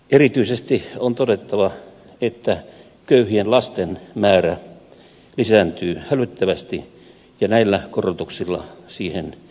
erityisesti on todettava että köyhien lasten määrä lisääntyy hälyttävästi ja näillä korotuksilla siihen ei vaikuteta